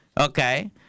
Okay